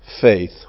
faith